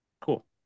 Cool